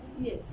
Yes